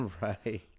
Right